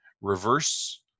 reverse